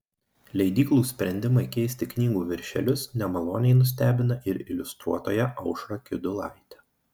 leidyklų sprendimai keisti knygų viršelius nemaloniai nustebina ir iliustruotoją aušrą kiudulaitę